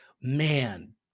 man